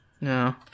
No